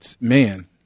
Man-